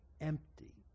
empty